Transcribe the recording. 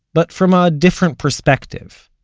but from a different perspective.